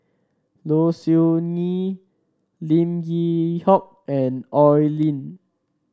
Low Siew Nghee Lim Yew Hock and Oi Lin